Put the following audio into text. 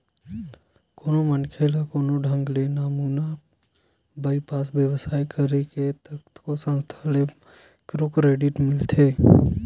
कोनो मनखे ल कोनो ढंग ले नानमुन बइपार बेवसाय करे बर कतको संस्था ले माइक्रो क्रेडिट मिलथे